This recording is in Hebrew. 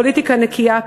פוליטיקה נקייה,